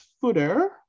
footer